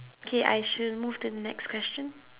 okay I should move to the next question